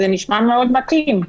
זה נשמע מאוד מתאים.